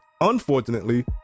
unfortunately